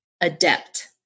adept